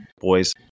Boys